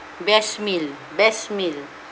best meal best meal